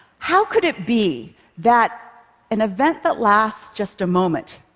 how could it be that an event that lasts just a moment,